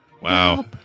Wow